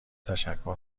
تشکر